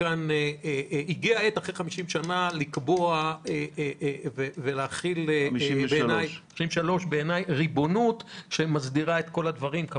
שהגיעה העת אחרי 53 שנים לקבוע ולהחיל ריבונות שמסדירה את כל הדברים.